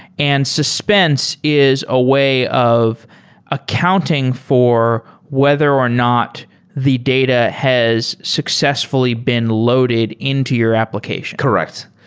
and suspense is a way of accounting for whether or not the data has successfully been loaded into your application. correct.